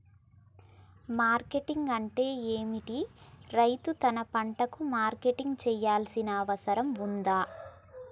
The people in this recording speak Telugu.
మార్కెటింగ్ అంటే ఏమిటి? రైతు తన పంటలకు మార్కెటింగ్ చేయాల్సిన అవసరం ఉందా?